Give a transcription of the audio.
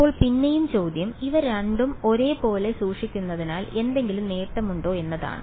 അപ്പോൾ പിന്നെയും ചോദ്യം ഇവ രണ്ടും ഒരേ പോലെ സൂക്ഷിക്കുന്നതിൽ എന്തെങ്കിലും നേട്ടമുണ്ടോ എന്നതാണ്